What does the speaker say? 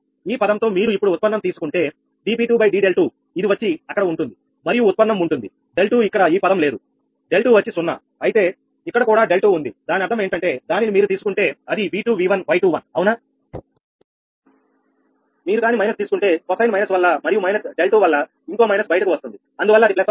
ఈ పదంతో మీరు ఇప్పుడు ఉత్పన్నం తీసుకుంటే 𝑑𝑃2𝑑𝛿2ఇది వచ్చి అక్కడ ఉంటుంది మరియు ఉత్పన్నం ఉంటుంది 𝛿2 ఇక్కడ ఈ పదం లేదు 𝛿2 వచ్చి 0 అయితే ఇక్కడ కూడా 𝛿2 ఉంది దాని అర్థం ఏంటంటే దానిని మీరు తీసుకుంటే అది 𝑉2𝑉1𝑌21 అవునా మీరు కాని మైనస్ తీసుకుంటే కొసైన్ మైనస్ వల్ల మరియు మైనస్ 𝛿2 వల్ల ఇంకో మైనస్ బయటకు వస్తుంది అందువల్ల అది ప్లస్ అవుతుంది